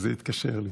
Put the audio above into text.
וזה התקשר לי.